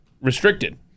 restricted